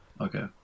Okay